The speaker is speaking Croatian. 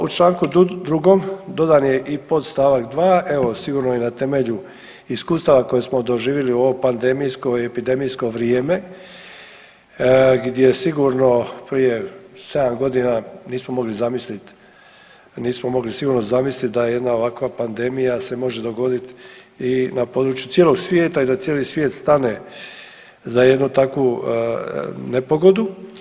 U čl. 2. dodan je i podstavak 2., evo sigurno i na temelju iskustava koje smo doživjeli u ovo pandemijsko i epidemijsko vrijeme gdje sigurno prije sedam godina nismo mogli zamislit, nismo mogli sigurno zamislit da jedna ovakva pandemija se može dogodit i na području cijelog svijeta i da cijeli svije stane za jednu takvu nepogodu.